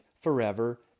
forever